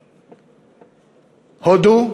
הודו,